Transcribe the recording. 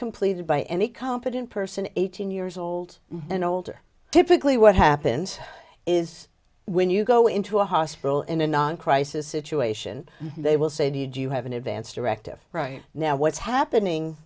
completed by any competent person eighteen years old and older typically what happens is when you go into a hospital in a non crisis situation they will say did you have an advance directive right now what's happening